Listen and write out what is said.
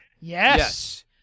Yes